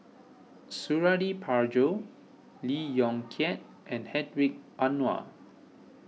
Suradi Parjo Lee Yong Kiat and Hedwig Anuar